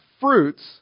fruits